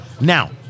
Now